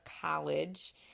college